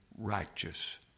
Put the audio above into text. Righteous